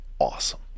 awesome